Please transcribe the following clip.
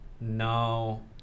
No